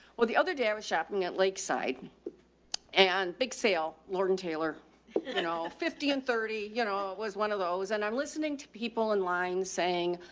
well, the other day i was shopping at lakeside and big sale lord and taylor and all fifty and thirty. you know, it was one of those, and i'm listening to people in line saying,